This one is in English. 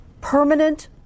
permanent